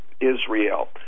Israel